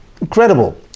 incredible